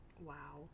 Wow